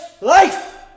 life